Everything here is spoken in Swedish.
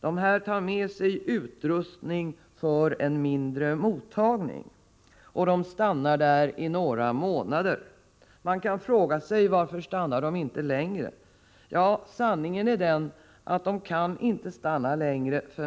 De tar med sig utrustning för en mindre mottagning och stannar några månader. Man kan fråga sig varför de inte stannar längre. Sanningen är den att de inte kan stanna längre.